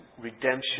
redemption